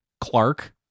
Clark